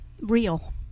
real